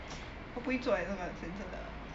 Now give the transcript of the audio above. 我不会做 leh 讲真的